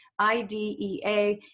IDEA